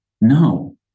no